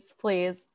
please